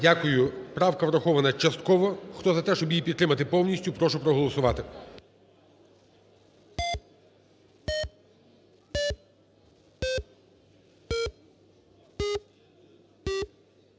Дякую. Правка врахована частково. Хто за те, що підтримати її повністю, прошу проголосувати.